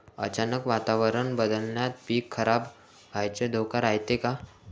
अचानक वातावरण बदलल्यानं पीक खराब व्हाचा धोका रायते का?